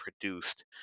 produced